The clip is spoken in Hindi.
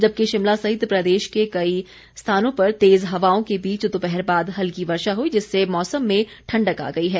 जबकि शिमला सहित प्रदेश के कई स्थानों पर तेज हवाओं के बीच दोपहर बाद हल्की वर्षा हुई जिससे मौसम में ठण्डक आ गई है